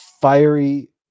fiery